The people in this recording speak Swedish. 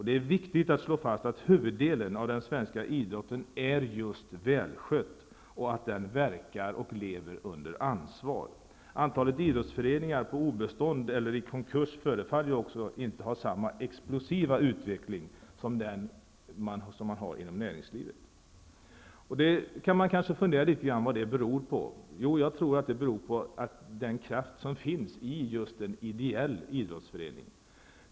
Det är viktigt att slå fast att huvuddelen av den svenska idrotten är just välskött och att den verkar och lever under ansvar. Antalet idrottsföreningar på obestånd eller i konkurs förefaller heller inte ha samma explosiva utveckling som inom näringslivet. Vad beror det på? Jo, på den kraft som finns i en ideell idrottsförening.